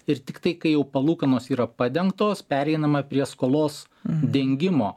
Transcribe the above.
ir tiktai kai jau palūkanos yra padengtos pereinama prie skolos dengimo